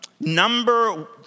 Number